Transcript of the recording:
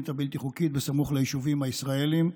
הבלתי-חוקית בסמוך ליישובים הישראליים.